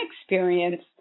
experience